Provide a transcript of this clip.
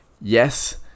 Yes